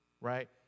right